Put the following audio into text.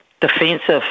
defensive